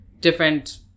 different